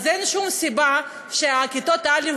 אין שום סיבה שכיתות א,